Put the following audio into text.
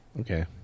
Okay